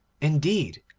indeed,